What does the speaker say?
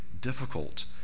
difficult